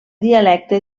dialecte